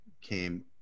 came